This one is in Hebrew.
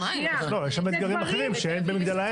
יש שם אתגרים אחרים שאין במגדל העמק.